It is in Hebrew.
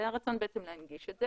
היה רצון להנגיש את זה